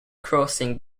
crossing